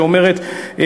שאומרת,